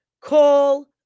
call